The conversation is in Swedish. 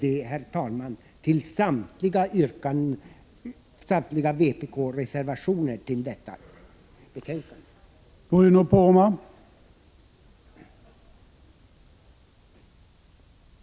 Jag yrkar bifall till samtliga vpk-reservationer vid detta betänkande.